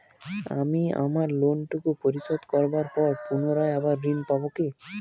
আমি আমার লোন টুকু পরিশোধ করবার পর পুনরায় আবার ঋণ পাবো কি?